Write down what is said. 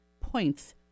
points